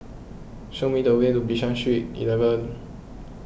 show me the way to Bishan Street eleven